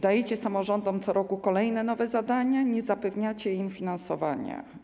Dajecie samorządom co roku kolejne nowe zadania, nie zapewniacie im finansowania.